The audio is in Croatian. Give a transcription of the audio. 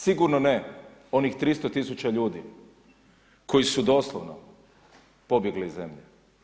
Sigurno ne onih 300 tisuća ljudi koji su doslovno pobjegli iz zemlje.